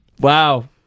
Wow